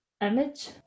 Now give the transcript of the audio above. image